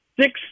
six